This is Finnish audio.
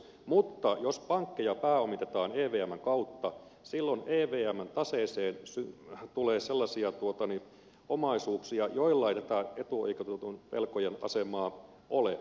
mutta jos pankkeja pääomitetaan evmn kautta silloin evmn taseeseen tulee sellaisia omaisuuksia joilla ei tätä etuoikeutetun velkojan asemaa ole